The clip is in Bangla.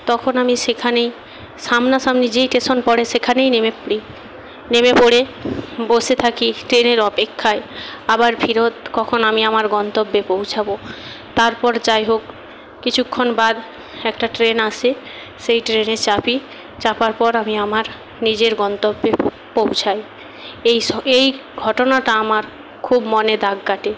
তখন আমি সেখানেই সামনাসামনি যেই স্টেশন পড়ে সেখানেই নেমে পড়ি নেমে পড়ে বসে থাকি ট্রেনের অপেক্ষায় আবার ফেরত কখন আমি আমার গন্তব্যে পৌঁছাবো তারপর যাই হোক কিছুক্ষণ বাদ একটা ট্রেন আসে সেই ট্রেনে চাপি চাপার পর আমি আমার নিজের গন্তব্যে পৌঁছাই এই এই ঘটনাটা আমার খুব মনে দাগ কাটে